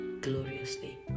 gloriously